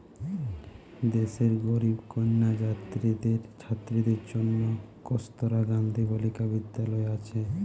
দেশের গরিব কন্যা ছাত্রীদের জন্যে কস্তুরবা গান্ধী বালিকা বিদ্যালয় আছে